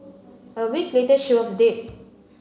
a week later she was dead